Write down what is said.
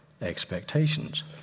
expectations